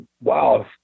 wow